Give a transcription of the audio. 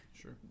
Sure